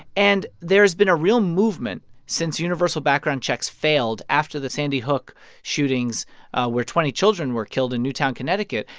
and there has been a real movement since universal background checks failed after the sandy hook shootings where twenty children were killed in newtown, conn,